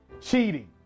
cheating